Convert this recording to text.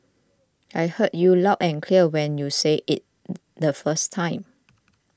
I heard you loud and clear when you said it the first time